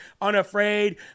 unafraid